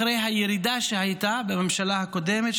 אחרי הירידה שהייתה בממשלה הקודמת,